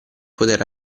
poter